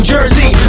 Jersey